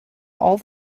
all